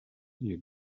you